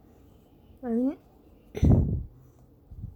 alright